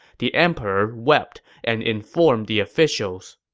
the emperor wept and informed the officials,